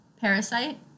Parasite